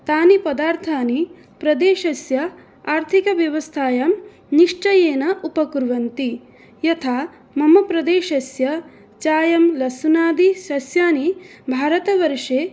तानि पदार्थानि प्रदेशस्य आर्थिकव्यवस्थायां निश्चयेन उपकुर्वन्ति यथा मम प्रदेशस्य चायं लशुनादिसस्यानि भारतवर्षे